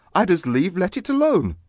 i'd as lieve let it alone.